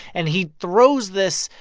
and he throws this,